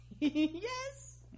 Yes